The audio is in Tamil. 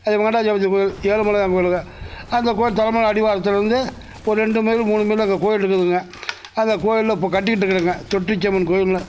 அது வெங்கடாஜலபதி கோவில் ஏழுமலையான் கோவிலு தான் அந்த கோவில் தலமலை அடிவாரத்துலேருந்து ஒரு ரெண்டு மைல் மூணு மைல் அங்க கோவில் இருக்குதுங்க அந்த கோவில் இப்போ கட்டிட்ருக்குறோங்க தொட்டிச்சியம்மன் கோவில்னு